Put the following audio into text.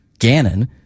gannon